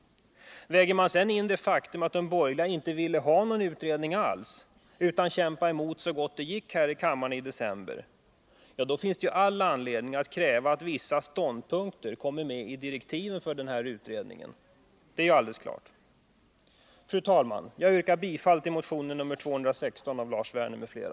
Lägger man sedan till det faktum att de borgerliga inte ville ha någon utredning alls utan kämpade emot så gott det gick här i kammaren, då finns det all anledning att kräva att vissa ståndpunkter kommer med i direktiven för den här utredningen. Fru talman! Jag yrkar bifall till motion nr 216 av Lars Werner m.fl.